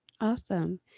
Awesome